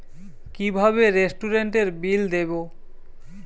কিভাবে রেস্টুরেন্টের বিল দেবো?